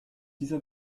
dieser